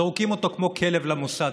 זורקים אותו כמו כלב למוסד.